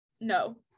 No